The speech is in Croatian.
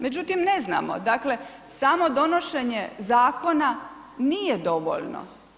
Međutim ne znamo, dakle samo donošenje zakona nije dovoljno.